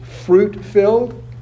fruit-filled